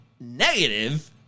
negative